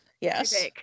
Yes